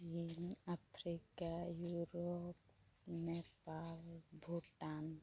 ᱪᱤᱱ Africa Europe Nepal Bhutan